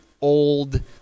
old